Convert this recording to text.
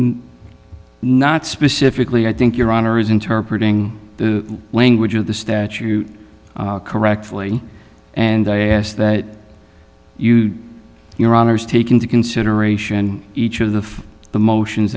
that not specifically i think your honor is interpret the language of the statute correctly and i ask that you your honour's take into consideration each of the the motions